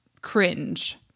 cringe